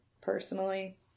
personally